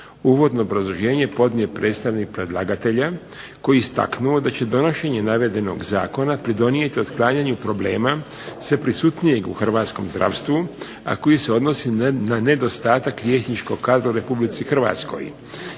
Uvodno obrazloženje podnio je predstavnik predlagatelja koji je istaknuo da će donošenje navedenog zakona pridonijeti otklanjanju problema sveprisutnijeg u hrvatskom zdravstvu, a koji se odnosi na nedostatak liječničkog kadra u Republici Hrvatskoj.